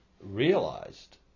realized